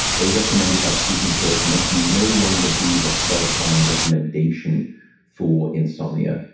they recommended that sleeping pills must no longer be the first line recommendation for insomnia.